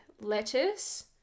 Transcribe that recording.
lettuce